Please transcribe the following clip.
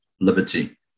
liberty